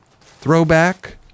throwback